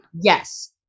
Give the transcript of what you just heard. Yes